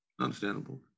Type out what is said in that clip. Understandable